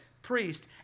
priest